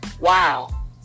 Wow